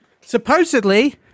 supposedly